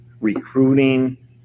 Recruiting